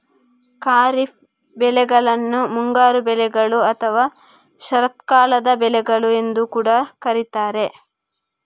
ಖಾರಿಫ್ ಬೆಳೆಗಳನ್ನ ಮುಂಗಾರು ಬೆಳೆಗಳು ಅಥವಾ ಶರತ್ಕಾಲದ ಬೆಳೆಗಳು ಎಂದು ಕೂಡಾ ಕರೀತಾರೆ